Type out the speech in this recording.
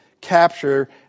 capture